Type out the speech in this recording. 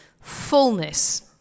fullness